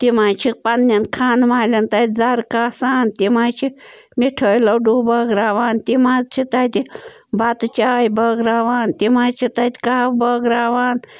تِم حظ چھِ پَنٛنٮ۪ن خانہٕ مالٮ۪ن تَتہِ زَرٕ کاسان تِم حظ چھِ مِٹھٲے لۄڈو بٲگٕراوان تِم حظ چھِ تَتہِ بَتہٕ چاے بٲگٕراوان تِم حظ چھِ تَتہِ کاہوٕ بٲگٕراوان